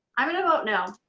i'm gonna vote no.